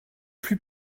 plus